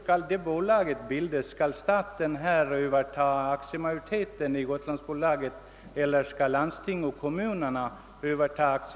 Jag vill fråga, om staten skall överta aktiemajoriteten i det föreslagna Gotlandsbolaget, eller om landstinget och kommunerna skall göra det?